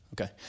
okay